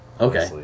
Okay